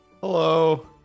Hello